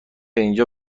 اینجا